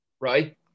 Right